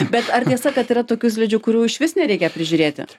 bet ar tiesa kad yra tokių slidžių kurių išvis nereikia prižiūrėti